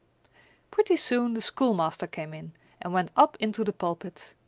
pretty soon the schoolmaster came in and went up into the pulpit.